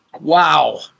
Wow